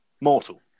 mortal